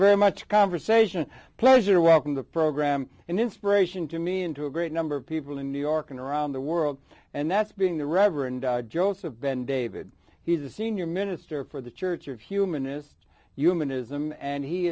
very much conversation pleasure welcome to the program and inspiration to me into a great number of people in new york and around the world and that's being the reverend joseph ben david he's the senior minister for the church of humanist human ism and he